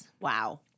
Wow